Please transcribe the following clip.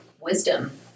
wisdom